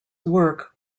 work